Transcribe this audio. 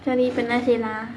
sure means cannot change ah